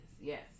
Yes